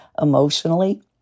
emotionally